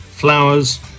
flowers